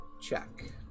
check